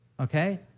okay